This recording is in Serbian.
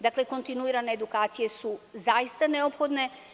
Dakle, kontinuirane edukacije su zaista neophodne.